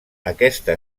aquesta